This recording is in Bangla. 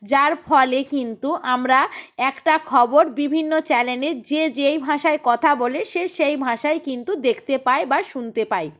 যার ফলে কিন্তু আমরা একটা খবর বিভিন্ন চ্যানেলে যে যেই ভাষায় কথা বলে সে সেই ভাষায় কিন্তু দেখতে পায় বা শুনতে পায়